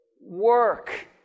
Work